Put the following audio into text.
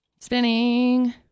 Spinning